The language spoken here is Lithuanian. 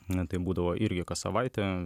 na tai būdavo irgi kas savaitę